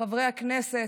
חברי הכנסת,